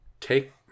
take